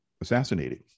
assassinated